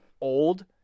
old